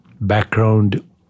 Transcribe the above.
background